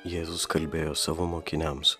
jėzus kalbėjo savo mokiniams